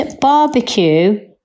barbecue